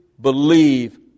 believe